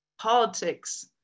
Politics